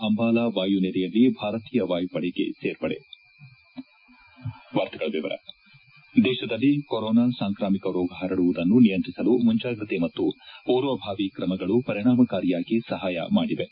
ಅಂಬಾಲಾ ವಾಯುನೆಲೆಯಲ್ಲಿ ಭಾರತೀಯ ವಾಯುಪಡೆಗೆ ಸೇರ್ಪಡೆ ದೇಶದಲ್ಲಿ ಕೊರೊನಾ ಸಾಂಕ್ರಾಮಿಕ ರೋಗ ಹರಡುವುದನ್ನು ನಿಯಂತ್ರಿಸಲು ಮುಂಜಾಗೃತೆ ಮತ್ತು ಪೂರ್ವಭಾವಿ ಕ್ರಮಗಳು ಪರಿಣಾಮಕಾರಿಯಾಗಿ ಸಹಾಯ ಮಾಡಿವೆ